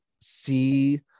see